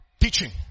teaching